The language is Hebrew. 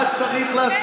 מה צריך להסתייג?